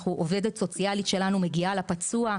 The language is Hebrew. עובדת סוציאלית שלנו מגיעה לפצוע,